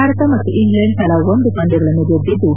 ಭಾರತ ಮತ್ತು ಇಂಗ್ಲೆಂಡ್ ತಲಾ ಒಂದು ಪಂದ್ಯಗಳನ್ನು ಗೆದ್ದಿದ್ದು